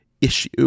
issue